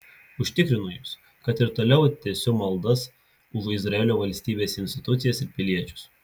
užtikrinu jus kad ir toliau tęsiu maldas už izraelio valstybės institucijas ir piliečius